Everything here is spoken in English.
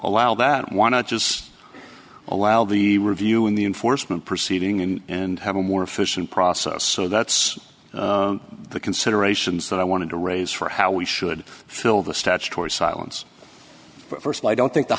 allow that why not just allow the review in the enforcement proceeding and and have a more efficient process so that's the considerations that i wanted to raise for how we should fill the statutory silence but first i don't think the